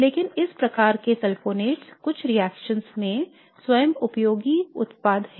लेकिन इस प्रकार के सल्फोनेट्स कुछ रिएक्शनओं में स्वयं उपयोगी उत्पाद हैं